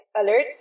alert